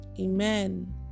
amen